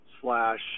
slash